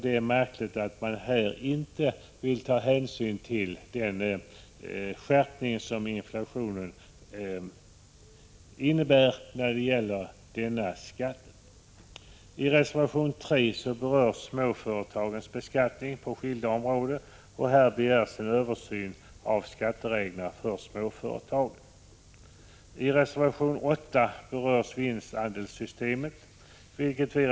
Det är märkligt att man här inte vill ta hänsyn till den skärpning som inflationen innebär när det gäller kapitalbeskattningen. I reservation 3 berörs småföretagens beskattning på skilda områden, och vi reservanter begär en översyn av skatteregler för småföretag. I reservation 8 berörs vinstandelssystemet, vilket vi reservanter anser vara 141 Prot.